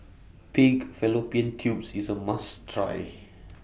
Pig Fallopian Tubes IS A must Try